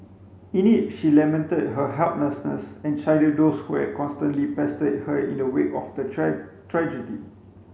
in it she lamented her helplessness and chided those who had constantly pestered her in the wake of the tragedy